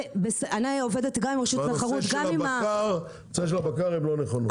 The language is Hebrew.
בנושא של הבקר הם לא נכונות.